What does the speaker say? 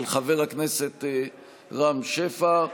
של חבר הכנסת רם שפע.